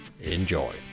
Enjoy